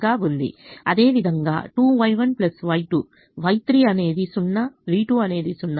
అదేవిధంగా 2Y1 Y2 Y3 అనేది 0 v2 అనేది సున్నా